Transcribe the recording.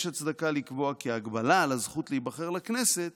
יש הצדקה לקבוע כי ההגבלה על הזכות להיבחר לכנסת